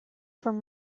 from